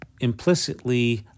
implicitly